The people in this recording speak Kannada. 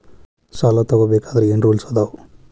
ಸಾಲ ತಗೋ ಬೇಕಾದ್ರೆ ಏನ್ ರೂಲ್ಸ್ ಅದಾವ?